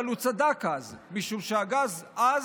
אבל הוא צדק אז, משום שהגז אז,